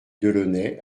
delaunay